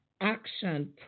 action